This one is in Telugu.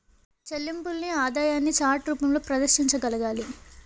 చెల్లింపుల్ని ఆదాయాన్ని చార్ట్ రూపంలో ప్రదర్శించగలగాలి